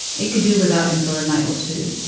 it could do without him for a night or two.